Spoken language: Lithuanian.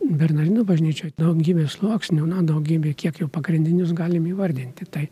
bernardinų bažnyčioj daugybė sluoksnių na daugybė kiek jų pagrindinius galim įvardinti tai